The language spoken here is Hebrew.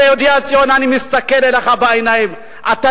אתה יודע,